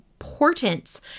importance